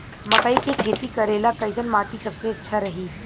मकई के खेती करेला कैसन माटी सबसे अच्छा रही?